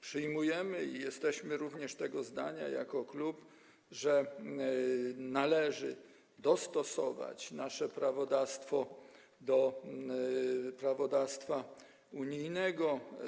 Przyjmujemy to i jesteśmy również tego zdania jako klub, że należy dostosować nasze prawodawstwo do prawodawstwa unijnego.